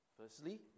Firstly